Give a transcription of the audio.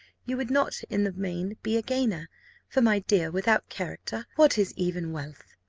you would not in the main be a gainer for my dear, without character, what is even wealth,